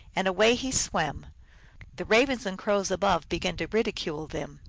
and away he swam the ravens and crows above began to ridicule them.